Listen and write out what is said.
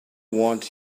want